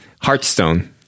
Hearthstone